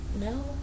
no